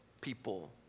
people